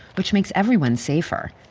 which makes everyone safer.